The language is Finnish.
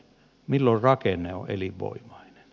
milloin rakenne on elinvoimainen